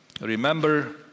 Remember